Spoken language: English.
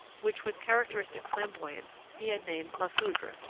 which with characteristic flamboyance he had named la foudre,